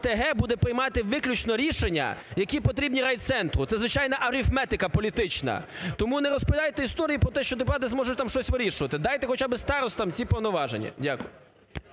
ОТГ буде приймати виключно рішення, які потрібні райцентру, це звичайна арифметика політична. Тому не розпиляйте історії про те, що депутати зможуть там щось вирішувати, дайте хоча би старостам ці повноваження. Дякую.